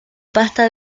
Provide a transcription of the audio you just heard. pasta